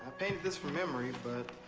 ah painted this from memory, but.